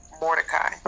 Mordecai